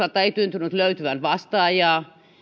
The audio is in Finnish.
osalta ei tuntunut löytyvän vastaajaa